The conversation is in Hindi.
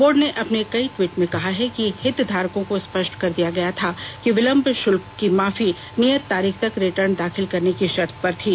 बोर्ड ने अपने कई टवीट में कहा कि हितधारकों को स्पष्ट कर दिया गया था कि विलंब शुल्क की माफी नियत तारीख तक रिटर्न दाखिल करने की शर्त पर थी